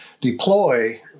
deploy